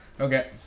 Okay